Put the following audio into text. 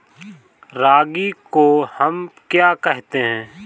रागी को हम क्या कहते हैं?